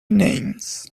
names